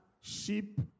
sheep